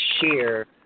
share